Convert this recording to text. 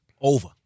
Over